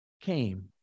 came